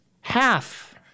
half